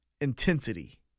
intensity